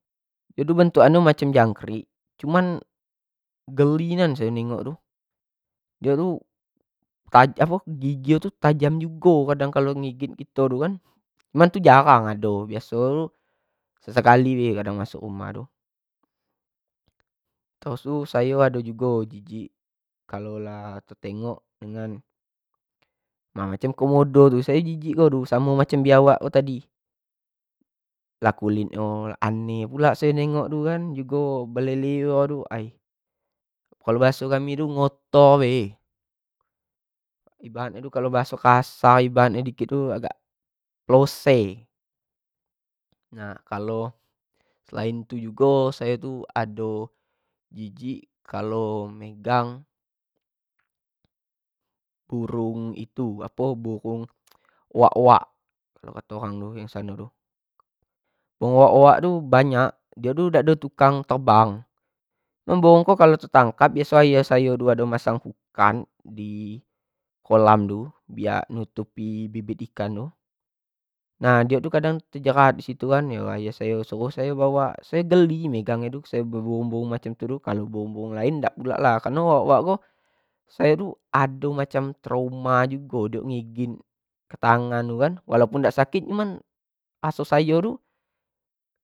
Dio tu bentukan nyo macam jangkrik cuman geli nian sayo nengok tu, diok tu tajam apo tu gigi nyo tu tajam jugo, kadang kalo ngigit kito tu kan, cuma tu jarang ado biaso sesekali e amsuk rumah tu, terus sayo tu ado jugo jijik kalo tetengok macam komodo tu samo macam biawak ko tadi, lah kulit nyo aneh pula sayo tengok tu kan, jugo beliur-liur tu kan ai kalo baso kami tu ngotor bae, ibarat tu kalo bahaso kasar ibarat kalo dikit tu lose nah kalo selain tu jugo sayo ado jijik kalo megang burung itu apo burung uwak-uwak kao kato orang dulu situ tu, uwak-uwak banyak dio tu dak ado toking tebang, emang burung ko kalo tetangkap aiso yo ayah sayo dulu tu ado pasang pukatd i kolam tu biak nutupi bubit ikan tu nah diok tu kadang tejerat di situ kan yo ayah sayo suruh sayo bawa sayo geli megang itu, sayo gungung macam itu, samo yang lain idak pulak karno uwak-uwak ko sayo ado macam trauma jugo dio ngigit ketangan kan walaupun dak sakit cuma sayo tu.